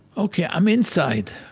ok, i'm inside.